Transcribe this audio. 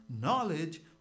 knowledge